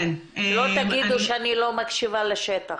שלא תגידו שאני לא מקשיבה לשטח...